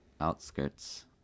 outskirts